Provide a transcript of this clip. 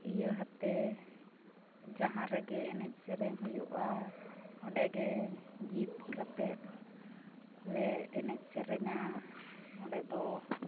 ᱤᱭᱟᱹ ᱟᱛᱮᱫ ᱡᱟᱦᱟᱸ ᱨᱮᱜᱮ ᱮᱱᱮᱡ ᱥᱮᱨᱮᱧ ᱦᱩᱭᱩᱜᱼᱟ ᱚᱸᱰᱮ ᱜᱮ ᱡᱤᱵ ᱠᱟᱛᱮᱫ ᱞᱮ ᱮᱱᱮᱡ ᱥᱮᱨᱮᱧᱟ ᱚᱸᱰᱮ ᱫᱚ